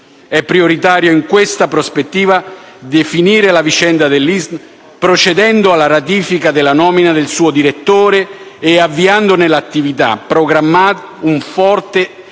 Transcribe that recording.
È prioritario in questa prospettiva definire la vicenda dell'Isin, procedendo alla ratifica della nomina del suo direttore e avviandone l'attività, e programmare un forte